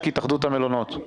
המלונות,